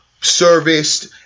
serviced